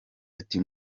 ati